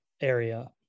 area